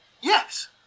Yes